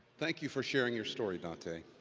thank you for sharing your story, dante.